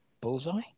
Bullseye